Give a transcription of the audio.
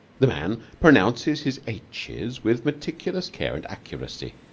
the man pronounces his aitches with meticulous care and accuracy.